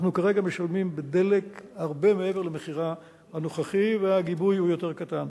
אנחנו כרגע משלמים בדלק הרבה מעבר למחיר הנוכחי והגיבוי הוא יותר קטן.